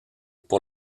pour